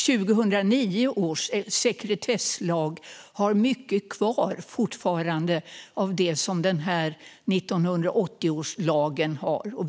2009 års sekretesslag har mycket kvar, fortfarande, av det som 1980 års lag hade.